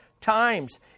times